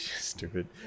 stupid